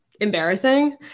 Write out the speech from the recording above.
embarrassing